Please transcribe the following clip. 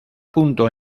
punto